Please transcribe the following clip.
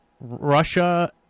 Russia